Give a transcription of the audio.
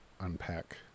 unpack